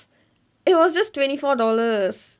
it was just twenty four dollars